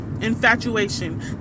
infatuation